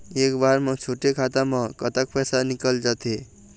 एक बार म छोटे खाता म कतक पैसा निकल जाथे?